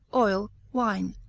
oil, wine,